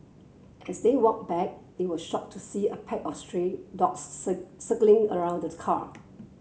as they walked back they were shocked to see a pack of stray dogs circling around the car